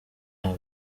aba